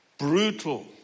Brutal